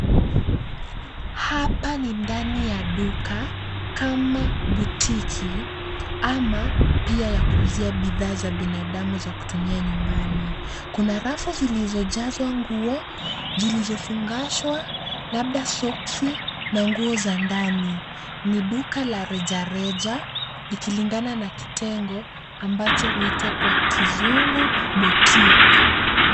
Hapa ni ndani ya duka kama butiki ama pia ya kuuzia bidhaa za binadamu za kutumia nyumbani. Kuna rafu zilizojazwa nguo zilizofungashwa labda soksi na nguo za ndani. Ni duka la reja reja likilingana na kitengo ambacho huitwa kwa kizungu boutique .